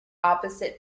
opposite